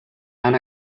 han